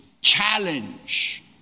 challenge